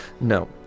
No